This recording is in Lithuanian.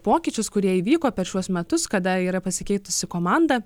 pokyčius kurie įvyko per šiuos metus kada yra pasikeitusi komanda